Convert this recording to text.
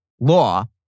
law